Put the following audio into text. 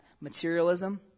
materialism